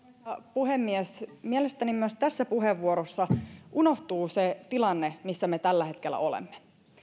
puhemies mielestäni myös tässä puheenvuorossa unohtuu se tilanne missä me tällä hetkellä olemme